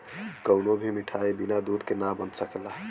कवनो भी मिठाई बिना दूध के ना बन सकला